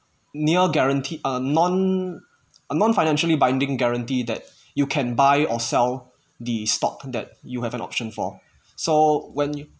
near guaranteed uh non non-financially binding guarantee that you can buy or sell the stock that you have an option for so when you